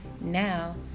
Now